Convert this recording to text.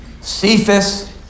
Cephas